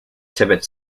tibet